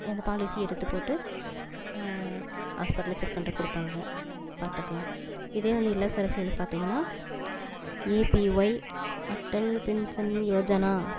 இந்த பாலிசியை எடுத்து போட்டு ஹாஸ்பிட்டலில் செக் பண்ணுறக்கு கொடுப்பாங்க பார்த்துக்கலாம் இதே வந்து இல்லத்தரசிகளுக்கு பார்த்திங்கன்னா ஏபிஒய் அட்டல் பென்ஷன் யோஜன